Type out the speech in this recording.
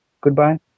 Goodbye